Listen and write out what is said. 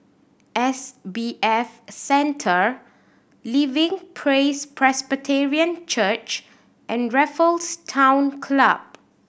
S B F Center Living Praise Presbyterian Church and Raffles Town Club